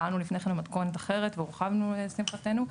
פעלנו לפני כן במתכונת אחרת והתרחבנו לשמחתנו.